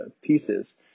pieces